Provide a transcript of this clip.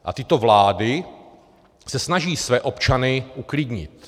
A tyto vlády se snaží své občany uklidnit.